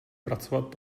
pracovat